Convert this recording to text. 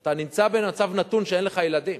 אתה נמצא במצב נתון שאין לך ילדים,